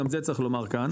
גם זה צריך לומר כאן,